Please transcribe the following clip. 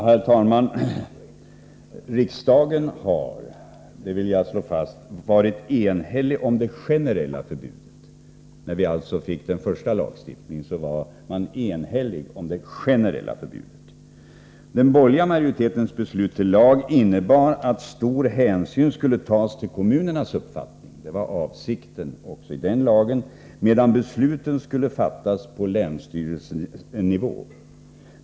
Herr talman! Riksdagen har, det vill jag slå fast, varit enig om det generella förbudet. När den första lagen stiftades rådde enighet om att det skulle vara ett generellt förbud. Den borgerliga majoritetens förslag till lag innebar att stor hänsyn skulle tas till kommunernas uppfattning, medan besluten skulle fattas på länsstyrelsenivå.